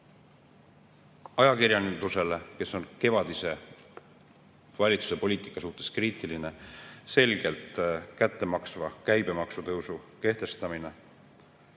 ajakirjandusele, kes on kevadise valitsuse poliitika suhtes kriitiline olnud, selgelt kätte maksva käibemaksu tõusu kehtestamine,